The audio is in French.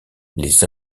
les